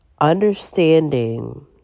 Understanding